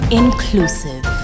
inclusive